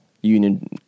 union